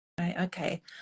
okay